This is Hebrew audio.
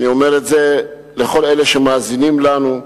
אני אומר את זה לכל אלה שמאזינים לנו: